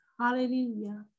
Hallelujah